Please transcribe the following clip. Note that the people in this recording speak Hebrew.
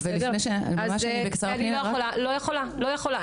וממש בקצרה, פנינה --- אני לא יכולה, לא יכולה.